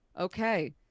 okay